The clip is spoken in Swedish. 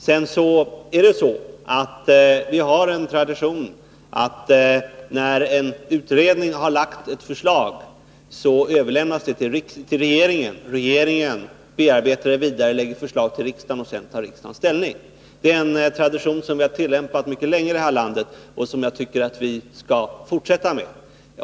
Sedan har vi en tradition som innebär att när en utredning har lagt fram förslag överlämnas de till regeringen, som bearbetar dem vidare och lägger fram proposition till riksdagen. Sedan tar riksdagen ställning. Det är en tradition som vi har tillämpat länge i det här landet och som jag tycker att vi skall fortsätta med.